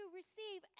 receive